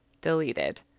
deleted